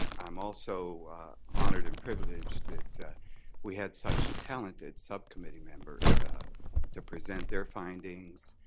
um i'm also honored and privileged that we had such talented subcommittee members to present their findings,